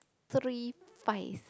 three five